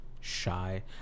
shy